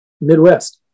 Midwest